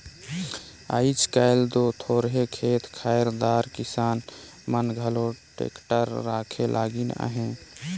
आएज काएल दो थोरहे खेत खाएर दार किसान मन घलो टेक्टर राखे लगिन अहे